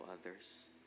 others